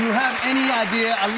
have any idea?